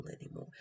anymore